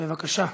בבקשה.